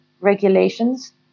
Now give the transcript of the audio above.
regulations